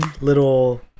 little